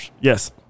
Yes